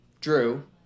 drew